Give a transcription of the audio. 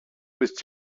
bist